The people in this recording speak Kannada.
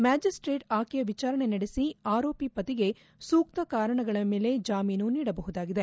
ಮ್ಲಾಜಿಸ್ಟೆಟ್ ಆಕೆಯ ವಿಚಾರಣೆ ನಡೆಸಿ ಆರೋಪಿ ಪತಿಗೆ ಸೂಕ್ತ ಕಾರಣಗಳ ಮೇಲೆ ಜಾಮೀನು ನೀಡಬಹುದಾಗಿದೆ